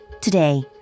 Today